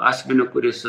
asmeniu kuris